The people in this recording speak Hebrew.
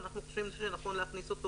אנחנו חושבים שנכון להכניס אותו